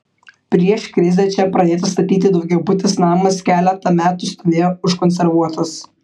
prieš krizę čia pradėtas statyti daugiabutis namas keletą metų stovėjo užkonservuotas